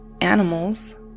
animals